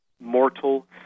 mortal